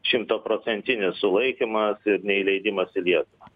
šimtaprocentinis sulaikymas ir neįleidimas į lietuvą